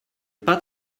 pas